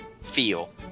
feel